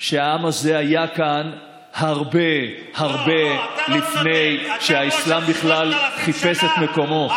שהעם הזה היה כאן הרבה הרבה לפני שהאסלאם בכלל חיפש את מקומו.